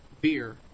beer